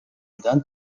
بودن